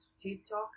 TikTok